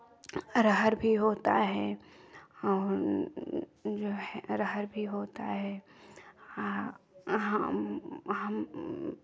अरहर भी होता है और जो है अरहर भी होता है आ हम हम